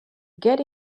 get